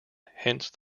hence